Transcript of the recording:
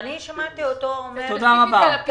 אני שמעתי אותו אומר שזה קיים.